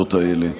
והלא-ראויות האלה.